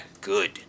good